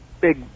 big